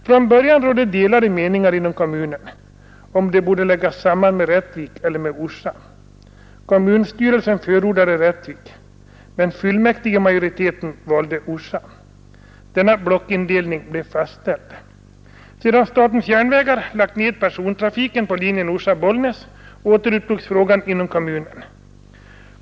Från början rådde delade meningar inom kommunen, huruvida den borde läggas samman med Rättvik eller med Orsa. Kommunstyrelsen förordade Rättvik, men fullmäktigemajoriteten valde Orsa. Denna blockindelning blev också fastställd. Sedan statens järnvägar lagt ned persontrafiken på linjen Orsa—Bollnäs återupptogs frågan inom kommunen.